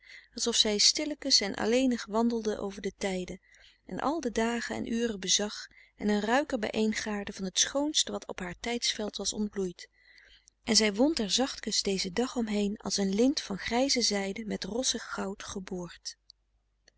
alsof zij stillekens en alleenig wandelde over de tijden en al de dagen en uren bezag en een ruiker bijeen gaarde van het schoonst wat op haar tijdsveld was ontbloeid en zij wond er zachtkens dezen dag omheen als een lint van grijze zijde met rossig goud geboord